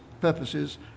purposes